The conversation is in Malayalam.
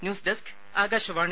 news desk Akashvani